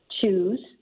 choose